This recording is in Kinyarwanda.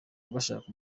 bashaka